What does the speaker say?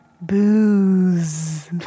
booze